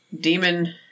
Demon